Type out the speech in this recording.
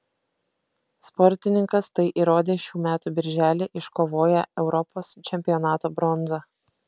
sportininkas tai įrodė šių metų birželį iškovoję europos čempionato bronzą